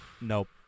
Nope